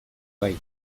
bai